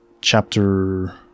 chapter